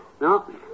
No